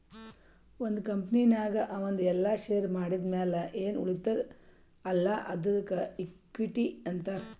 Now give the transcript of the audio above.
ಒಂದ್ ಕಂಪನಿನಾಗ್ ಅವಂದು ಎಲ್ಲಾ ಶೇರ್ ಮಾರಿದ್ ಮ್ಯಾಲ ಎನ್ ಉಳಿತ್ತುದ್ ಅಲ್ಲಾ ಅದ್ದುಕ ಇಕ್ವಿಟಿ ಅಂತಾರ್